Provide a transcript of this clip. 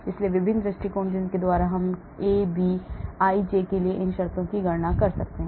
इसलिए विभिन्न दृष्टिकोण जिनके द्वारा हम AB ij के लिए इन शर्तों की गणना कर सकते हैं